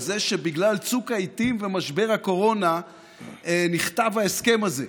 זה שבגלל צוק העיתים ומשבר הקורונה נכתב ההסכם הזה.